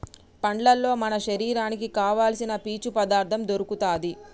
పండ్లల్లో మన శరీరానికి కావాల్సిన పీచు పదార్ధం దొరుకుతది